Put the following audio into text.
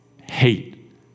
hate